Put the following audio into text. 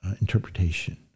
interpretation